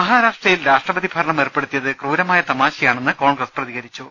മഹാരാഷ്ട്രയിൽ രാഷ്ട്രപതി ഭരണം ഏർപ്പെടുത്തിയത് ക്രൂരമായ തമാ ശയാണെന്ന് കോൺഗ്രസ് പ്രതികരിച്ചു